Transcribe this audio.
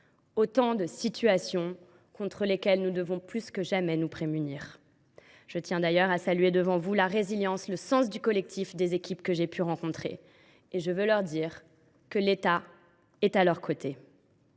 autant de situations contre lesquelles nous devons plus que jamais nous prémunir. Je tiens d’ailleurs à saluer devant vous la résilience et le sens du collectif dont font preuve les équipes que j’ai pu rencontrer. Qu’elles en soient sûres : l’État est à leurs côtés.